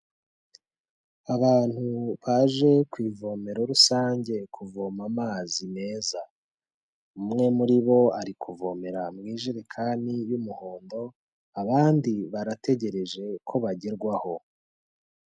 Abantu baje ku ivomero rusange kuvoma amazi meza, umwe muri bo ari kuvomera mu ijerekani y'umuhondo, abandi barategereje ko bagerwaho.